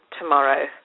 tomorrow